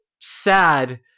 sad